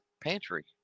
pantry